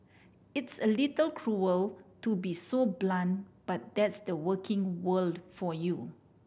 it's a little cruel to be so blunt but that's the working world for you